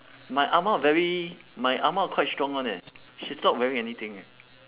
my ah ma very my ah ma quite strong one eh she's not wearing anything